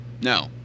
No